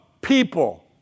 people